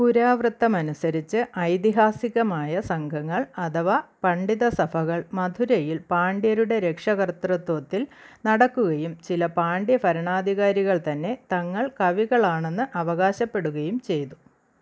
പുരാവൃത്തമനുസരിച്ച് ഐതിഹാസികമായ സംഘങ്ങൾ അഥവാ പണ്ഡിത സഭകൾ മധുരയിൽ പാണ്ഡ്യരുടെ രക്ഷാകര്തൃത്വത്തില് നടക്കുകയും ചില പാണ്ഡ്യ ഭരണാധികാരികൾ തന്നെ തങ്ങള് കവികളാണെന്ന് അവകാശപ്പെടുകയും ചെയ്തു